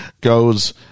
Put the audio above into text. goes